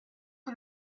que